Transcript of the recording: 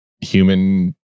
human